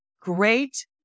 great